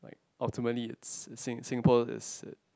ultimately it's sing~ Singapore is